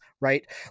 right